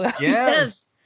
Yes